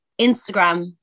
Instagram